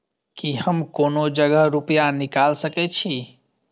की हम कोनो जगह रूपया निकाल सके छी?